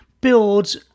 builds